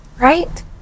right